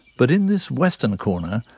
but in this western corner,